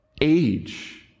age